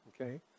Okay